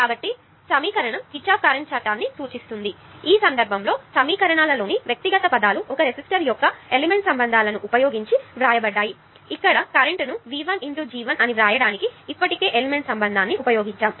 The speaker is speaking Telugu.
కాబట్టి సమీకరణం కిర్చాఫ్ కరెంట్ లా ని సూచిస్తుంది మరియు ఈ సందర్భంలో సమీకరణాలలోని వ్యక్తిగత పదాలు ఒక రెసిస్టర్ యొక్క ఎలిమెంట్ సంబంధాలను ఉపయోగించి వ్రాయబడ్డాయి ఇక్కడ కరెంట్ను V1×G1 వ్రాయడానికి ఇప్పటికే ఎలిమెంట్ సంబంధాన్ని ఉపయోగించాను